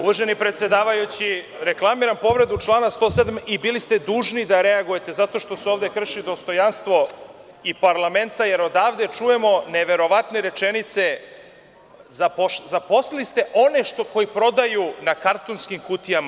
Uvaženi predsedavajući, reklamiram povredu člana 107. i bili ste dužni da reagujete zato što se ovde krši dostojanstvo i parlamenta, jer odavde čujemo neverovatne rečenice – zaposlili ste one koji prodaju na kartonskim kutijama.